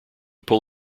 pull